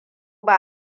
ba